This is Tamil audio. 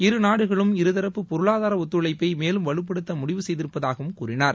இரு நாடுகளும் இருதரப்பு பொருளாதார ஒத்துழைப்பை மேலும் வலுப்படுத்த முடிவு செய்திருப்பதாகவும் கூறினார்